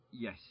Yes